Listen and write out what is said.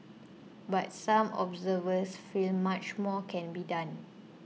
but some observers feel much more can be done